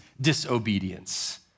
disobedience